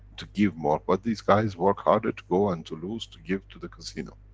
to give more but these guys work harder to go and to lose, to give to the casino.